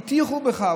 הטיחו בך,